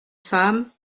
femme